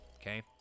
okay